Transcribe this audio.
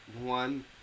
one